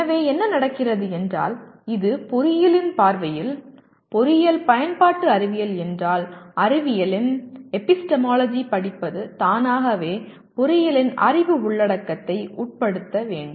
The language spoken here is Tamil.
எனவே என்ன நடக்கிறது என்றால் இது பொறியியலின் பார்வையில் பொறியியல் பயன்பாட்டு அறிவியல் என்றால் அறிவியலின் எபிஸ்டெமோலஜியைப் படிப்பது தானாகவே பொறியியலின் அறிவு உள்ளடக்கத்தை உட்படுத்த வேண்டும்